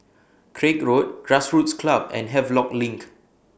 Craig Road Grassroots Club and Havelock LINK